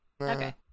okay